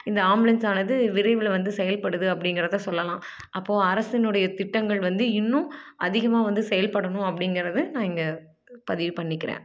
இந்த ஆம்புலன்ஸானது விரைவில் வந்து செயல்படுது அப்படிங்கறத சொல்லலாம் அப்போ அரசினுடைய திட்டங்கள் வந்து இன்னும் அதிகமாக வந்து செயல்படணும் அப்படிங்கறது நான் இங்கே பதிவு பண்ணிக்கிறேன்